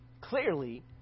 clearly